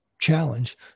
challenge